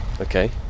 Okay